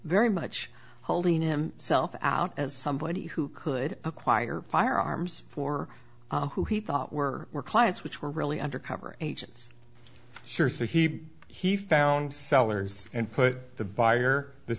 very much holding him self out as somebody who could acquire firearms for who he thought were were clients which were really undercover agents sure so he he found sellers and put the buyer the